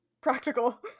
practical